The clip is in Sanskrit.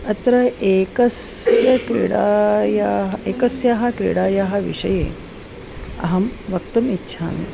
अत्र एकस्याः क्रीडायाः एकस्याः क्रीडायाः विषये अहं वक्तुम् इच्छामि